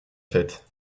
fête